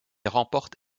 remporte